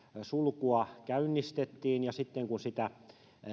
sulkua käynnistettiin ja sitten kun sitä